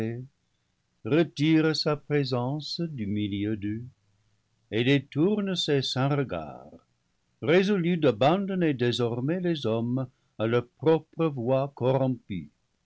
retire sa présence du milieu d'eux et détourne ses saints regards résolu d'abandonner désormais les hommes à leurs propres voies corrompues